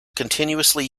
continuously